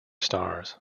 stars